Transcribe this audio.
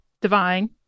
divine